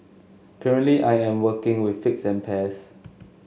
currently I am working with figs and pears